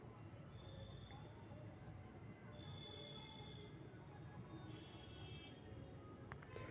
internet banking से खाता में जे बैलेंस हई ओकरा देखल जा सकलई ह